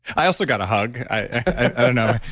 i also got a hug. i don't know.